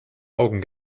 augen